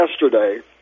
yesterday